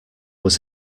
was